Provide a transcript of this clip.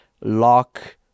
lock